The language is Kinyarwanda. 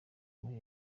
muri